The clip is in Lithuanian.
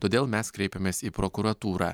todėl mes kreipėmės į prokuratūrą